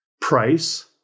Price